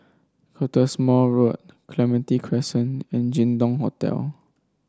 Cottesmore Road Clementi Crescent and Jin Dong Hotel